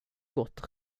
gott